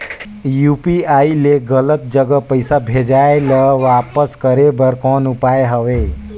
UPI ले गलत जगह पईसा भेजाय ल वापस करे बर कौन उपाय हवय?